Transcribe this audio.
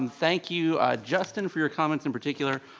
um thank you justin for your comments in particular.